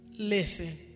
Listen